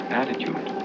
attitude